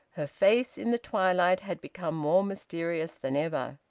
her face in the twilight had become more mysterious than ever.